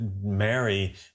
Mary